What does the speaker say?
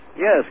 Yes